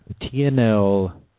TNL